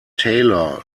taylor